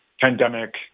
pandemic